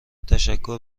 تشکر